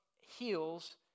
heals